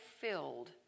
filled